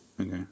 Okay